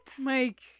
Mike